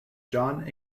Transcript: john